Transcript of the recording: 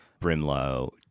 Brimlow